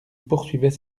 poursuivait